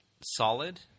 solid